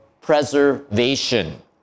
preservation